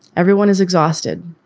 everyone is exhausted.